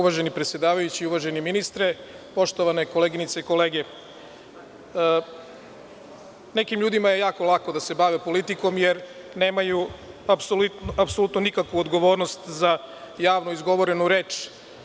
Uvaženi predsedavajući, uvaženi ministre, poštovane koleginice i kolege, nekim ljudima je jako lako da se bave politikom jer nemaju apsolutno nikakvu odgovornost za javno izgovorenu reč.